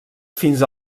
fins